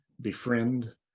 befriend